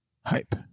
hype